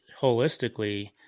holistically